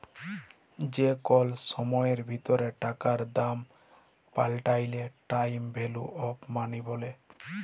যে কল সময়ের ভিতরে টাকার দাম পাল্টাইলে টাইম ভ্যালু অফ মনি ব্যলে